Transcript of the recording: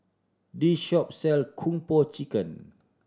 this shop sell Kung Po Chicken